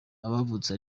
abavutse